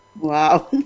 Wow